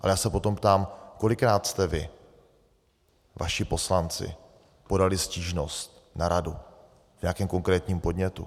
Ale já se potom ptám, kolikrát jste vy, vaši poslanci, podali stížnost na radu v nějakém konkrétním podnětu?